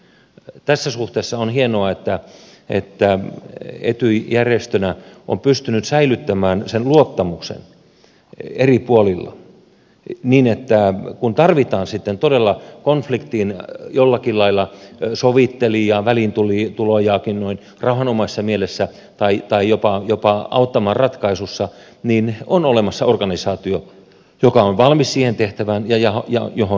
tässä suhteessa on hienoa että etyj järjestönä on pystynyt säilyttämään sen luottamuksen eri puolilla niin että kun tarvitaan sitten todella konfliktiin jollakin lailla sovittelijaa väliintulijaakin noin rauhanomaisessa mielessä tai jopa auttamaan ratkaisussa niin on olemassa organisaatio joka on valmis siihen tehtävään ja johon luotetaan